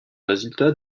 résultats